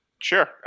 Sure